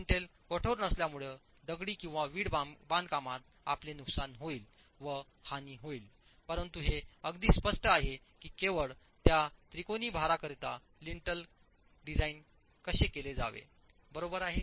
lintel कोठार नसल्यामुळे दगडी किंवा वीट बांधकामात आपले नुकसान होईल व हानी होईल परंतु हे अगदी स्पष्ट आहे की केवळ त्या त्रिकोणी भारा करिता लिंटल कसे डिझाइन केले जावे बरोबर आहे